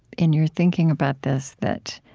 in your thinking about this that,